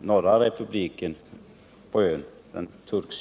turkiska republiken på ön.